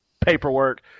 paperwork